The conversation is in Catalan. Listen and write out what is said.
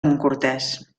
montcortès